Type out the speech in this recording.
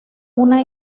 una